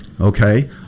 Okay